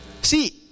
See